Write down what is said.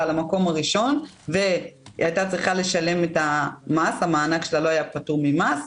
במקום הראשון והיתה צריכה לשלם את המס המענק שלה לא היה פטור ממס,